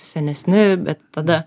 senesni bet tada